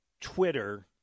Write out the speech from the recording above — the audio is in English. Twitter